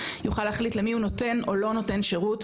יוכל להחליט למי הוא נותן או לא נותן שירות,